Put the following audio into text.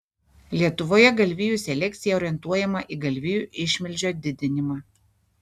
lietuvoje galvijų selekcija orientuojama į galvijų išmilžio didinimą